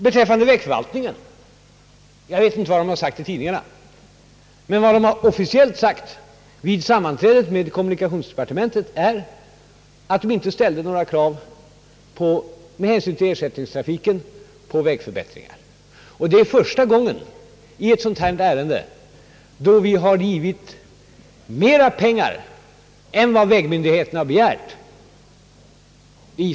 Vad vägförvaltningen har sagt i tidningarna vet jag inte, men vid sammanträdet med kommunikationsdepartementet förklarade man officiellt att man inte ställde några krav på vägförbättringar med anledning av ersättningstrafiken. Och detta är första gången som vi i samband med en nedläggning har gett mera pengar än vägmyndigheterna begärt.